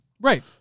Right